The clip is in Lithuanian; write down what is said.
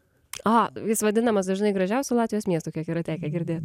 jis vadinamas dažnai gražiausiu latvijos miestu kiek yra tekę girdėt